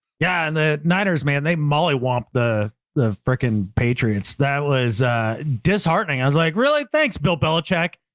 yeah. and the niners man, they molly womp the the frickin patriots. that was disheartening. i was like, really? thanks, bill. bellacheck.